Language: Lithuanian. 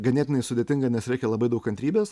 ganėtinai sudėtinga nes reikia labai daug kantrybės